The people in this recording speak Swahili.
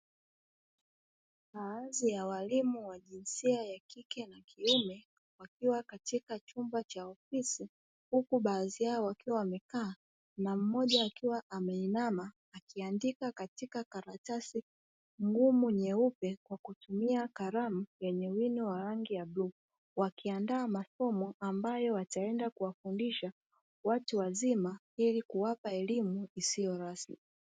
Baadhi ya walimu wa jinsia ya kike na kiume wakiwa katika chumba cha ofisi, huku baadhi yao wakiwa wamekaa na mmoja akiwa ameinama akiandika katika karatasi ngumu nyeupe kwa kutumia kalamu yenye wino wa rangi ya bluu, wakindaa masomo ambayo wataenda kuwafundisha watu wazima ili kuwapa elimu isiyo rasmi.